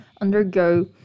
undergo